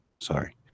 Sorry